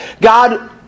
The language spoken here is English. God